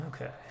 Okay